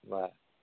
बर